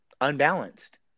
unbalanced